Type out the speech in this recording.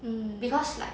mm